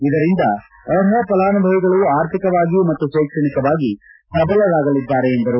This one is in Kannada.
ಇದರಿಂದ ಆರ್ಷ ಫಲಾನುಭವಿಗಳು ಆರ್ಥಿಕವಾಗಿ ಮತ್ತು ಶೈಕ್ಷಣಿಕವಾಗಿ ಸಬಲರಾಗಲಿದ್ದಾರೆ ಎಂದರು